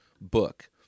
book